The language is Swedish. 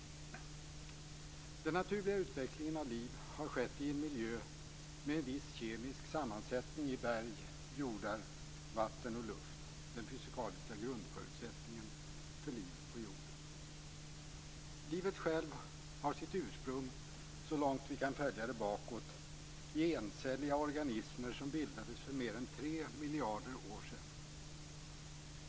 Den naturliga utvecklingen av liv har skett i en miljö med en viss kemisk sammansättning i berg, jordar, vatten och luft - den fysikaliska grundförutsättningen för livet på jorden. Livet självt har sitt ursprung, så långt vi kan följa det bakåt, i encelliga organismer som bildades för mer än tre miljarder år sedan.